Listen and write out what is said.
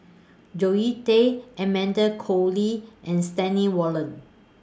Zoe Tay Amanda Koe Lee and Stanley Warren